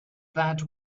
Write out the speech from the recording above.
that